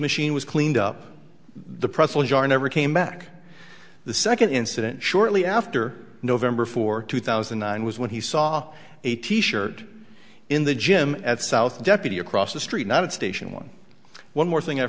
machine was cleaned up the press will never came back the second incident shortly after november fourth two thousand and nine was when he saw a t shirt in the gym at south deputy across the street not at station one one more thing i